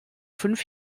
fünf